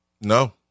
no